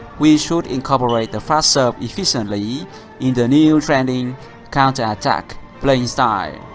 we should incorporate the fast serve efficiently in the new trending counter attack playing style.